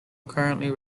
currently